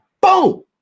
Boom